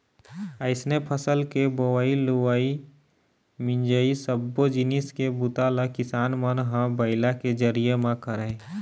अइसने फसल के बोवई, लुवई, मिंजई सब्बो जिनिस के बूता ल किसान मन ह बइला के जरिए म करय